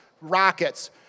rockets